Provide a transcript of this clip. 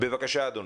בבקשה אדוני.